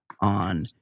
on